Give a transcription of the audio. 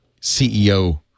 CEO